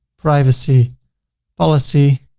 privacy policy